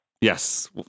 Yes